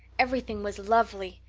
everything was lovely.